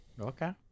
okay